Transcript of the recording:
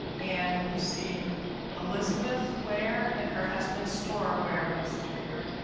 and you see elizabeth ware and her husband storer ware listed here.